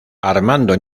armando